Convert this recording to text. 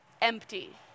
empty